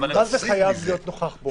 מה זה "חייב להיות נוכח בו"?